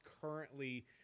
currently